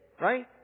right